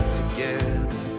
together